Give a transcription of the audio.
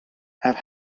have